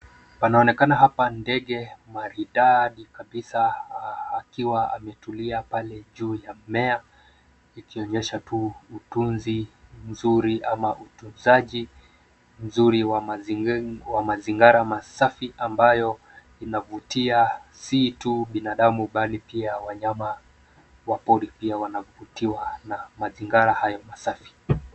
Panaonekana hapa ndege maridadi kabisa akiwa ametulia pale juu ya mimea ikionyesha tu utunzi mzuri ama utunzaju mzuri wa mazingara masafi ambayo inavutia si tu binadamu bali tu pia wanyama wa pori pia wanavutiwa na mazingara hayo masafi.